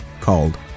called